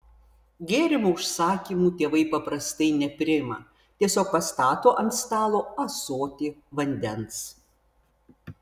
gėrimų užsakymų tėvai paprastai nepriima tiesiog pastato ant stalo ąsotį vandens